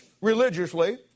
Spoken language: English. religiously